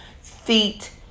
feet